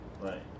Right